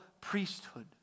priesthood